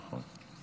נכון, נכון.